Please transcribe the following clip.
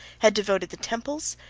had devoted the temples,